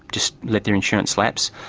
just let their insurance lapse.